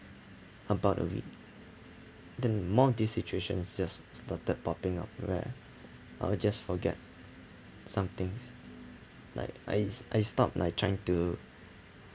about a week the more these situations just started popping up where I will just forget some things like I s~ I stopped like trying to